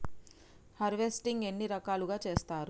Harvesting ఎన్ని రకాలుగా చేస్తరు?